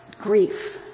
grief